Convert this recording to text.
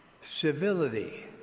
Civility